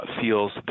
feels